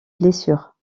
blessure